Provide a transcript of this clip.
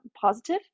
positive